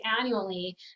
annually